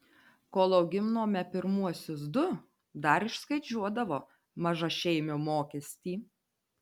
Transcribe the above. kol auginome pirmuosius du dar išskaičiuodavo mažašeimio mokestį